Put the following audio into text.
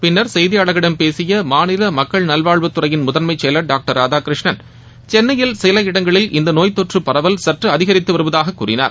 பின்னர் செய்தியாளர்களிடம் பேசிய மாநில மக்கள் நல்வாழ்வுத்துறையின் முதன்மைச்செயலர் டாக்டர் ராதாகிருஷ்ணன் சென்னையில் சில இடங்களில் இந்த நோய் தொற்று பரவல் சுற்று அதிகரித்து வருவதாக கூறினார்